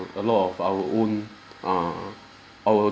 a lot of our own err our